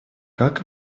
как